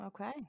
Okay